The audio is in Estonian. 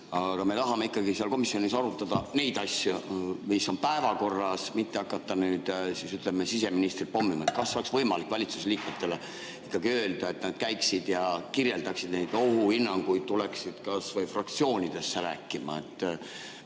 Aga me tahame ikkagi seal komisjonis arutada neid asju, mis on päevakorras, mitte hakata siseministrit pommima. Kas oleks võimalik valitsuse liikmetele ikkagi öelda, et nad käiksid ja kirjeldaksid neid ohuhinnanguid, tuleksid kasvõi fraktsioonidesse rääkima?